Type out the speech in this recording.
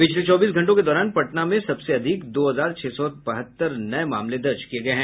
पिछले चौबीस घंटों के दौरान पटना से सबसे अधिक दो हजार छह सौ बहत्तर नये मामले दर्ज किये गये हैं